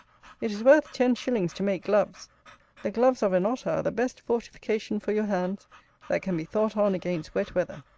it is worth ten shillings to make gloves the gloves of an otter are the best fortification for your hands that can be thought on against wet weather.